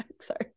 Sorry